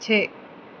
ਛੇ